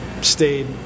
stayed